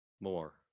More